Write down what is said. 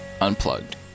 Unplugged